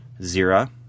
Zira